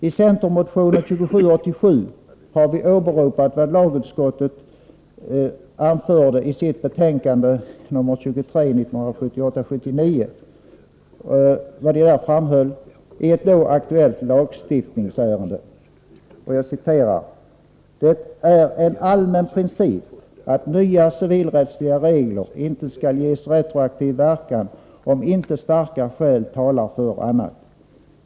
I centermotionen 2787 har vi åberopat vad lagutskottet anförde i sitt betänkande 1978/79:23 när det gällde ett då aktuellt lagstiftningsärende: ”——— det är en allmän princip att nya civilrättsliga regler inte skall ges retroaktiv verkan om inte starka skäl talar för annat.